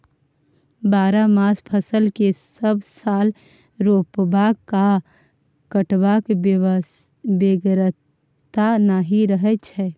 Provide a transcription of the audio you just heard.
बरहमासा फसल केँ सब साल रोपबाक आ कटबाक बेगरता नहि रहै छै